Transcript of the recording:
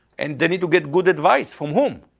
and they need to get good advice from whom?